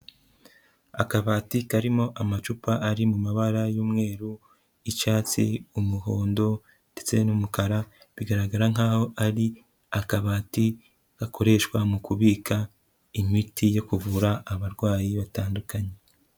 Akabati karimo amacupa ari mu mabara y'umweru, icyatsi, umuhondo ndetse n'umukara, bigaragara nkaho ari akabati gakoreshwa mu kubika imiti yo kuvura abarwayi batandukanye.